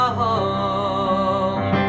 home